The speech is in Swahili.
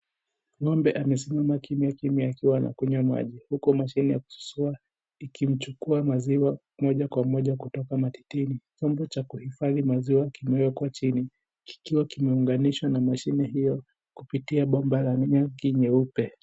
Ng'ombe amesimama kimya kimya akiwa anakunywa maji, huku mashiine ya kususua ikichukua maziwa moja kwa moja kutoka matitini. Chombo cha kuhifadhi maziwa kimewekwa chini, Kikiwa kimeunganishwa na mashine hio kupiyia bomba la minyuki mieupe.